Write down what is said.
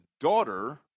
daughter